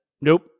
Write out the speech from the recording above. nope